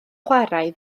chwarae